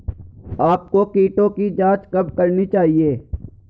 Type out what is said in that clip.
आपको कीटों की जांच कब करनी चाहिए?